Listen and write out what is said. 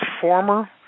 former